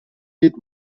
with